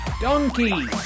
Donkey